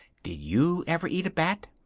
did you ever eat a bat?